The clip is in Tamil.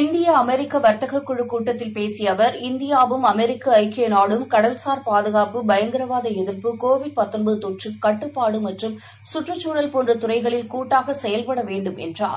இந்தியஅமெரிக்கவர்த்தக குழு கூட்டத்தில் பேசியஅவர் இந்தியாவும் அமெரிக்கஐக்கியநாடும் கடல்சார் பாதுகாப்பு பயங்கரவாதஎதிர்ப்பு கோவிட் தொற்றுகட்டுப்பாடுமற்றும் சுற்றுச் சூழல் போன்றதுறைகளில் கூட்டாகசெயல்படவேண்டும் என்றார்